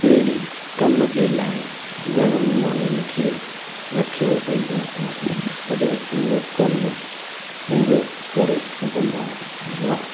पहिरीं कम जे लाइ घणनि माण्हूनि खे रखियो वेंदो हो तॾहिं उहो कमु पूरो करे सघंदा हुआ